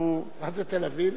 מה זה תל-אביב?